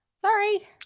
sorry